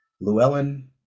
Llewellyn